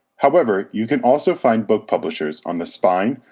however, you can also find book publishers on the spine,